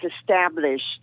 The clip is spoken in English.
established